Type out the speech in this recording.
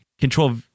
control